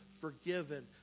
forgiven